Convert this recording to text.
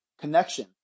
connection